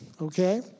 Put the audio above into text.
okay